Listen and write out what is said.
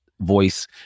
voice